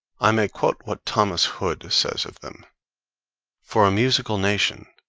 i may quote what thomas hood says of them for a musical nation,